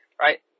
right